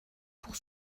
pour